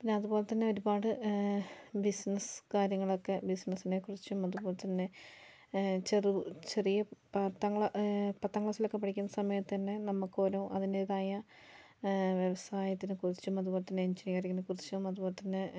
പിന്നെ അതുപോലെത്തന്നെ ഒരുപാടു ബിസ്നസ്സ് കാര്യങ്ങളൊക്കെ ബിസ്നസ്സിനെക്കുറിച്ചും അതുപോലെത്തന്നെ ചെറു ചെറിയ പത്താം ക്ലാസ് പത്താം ക്ലാസിലൊക്കെ പഠിക്കുന്ന സമയത്തുതന്നെ നമുക്കോരോ അതിൻറ്റേതായ വ്യവസായത്തിനെക്കുറിച്ചും അതുപോലെത്തന്നെ എൻജിനീയറിങിനെക്കുറിച്ചും അതുപോലെത്തന്നെ